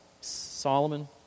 Solomon